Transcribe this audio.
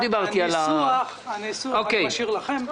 את הניסוח אני משאיר לכם.